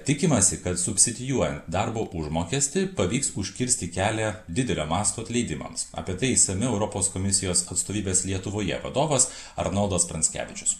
tikimasi kad subsidijuojant darbo užmokestį pavyks užkirsti kelią didelio masto atleidimams apie tai išsamiau europos komisijos atstovybės lietuvoje vadovas arnoldas pranckevičius